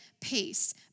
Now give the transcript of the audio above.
peace